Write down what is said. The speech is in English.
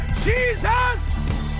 Jesus